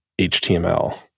html